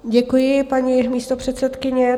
Děkuji, paní místopředsedkyně.